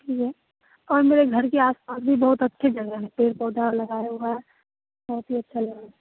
ठीक है और मेरे घर के आसपास भी बहुत अच्छी जगह है पेड़ पौधा लगाया हुआ है बहुत ही अच्छा लगेगा